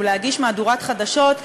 הוא להגיש מהדורת חדשות,